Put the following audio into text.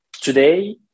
today